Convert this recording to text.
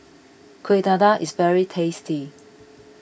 Kueh Dadar is very tasty